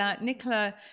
Nicola